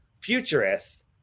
futurist